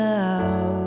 now